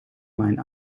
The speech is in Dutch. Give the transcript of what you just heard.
mijn